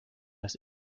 das